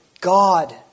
God